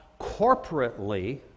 corporately